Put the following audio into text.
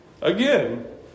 Again